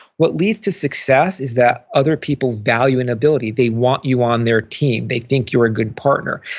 what leads to success is that other people value an ability. they want you on their team. they think you're a good partner.